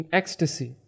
ecstasy